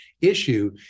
issue